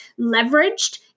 leveraged